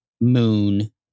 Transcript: moon